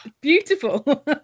beautiful